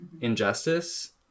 injustice